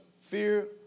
fear